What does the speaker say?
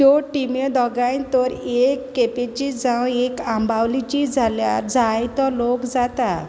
त्यो टिम्यो दोगांयन तर एक केपेची जावं एक आंबावलेची जाल्यार जायतो लोक जाता